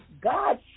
God